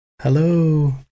Hello